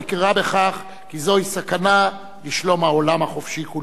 המכירה בכך כי זוהי סכנה לשלום העולם החופשי כולו.